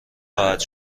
خواهد